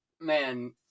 man